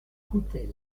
coutel